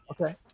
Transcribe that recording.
okay